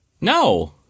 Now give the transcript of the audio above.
No